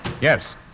Yes